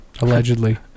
allegedly